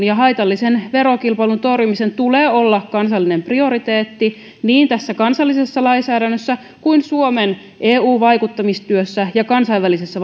ja haitallisen verokilpailun torjumisen tulee olla kansallinen prioriteetti niin tässä kansallisessa lainsäädännössä kuin suomen eu vaikuttamistyössä ja kansainvälisessä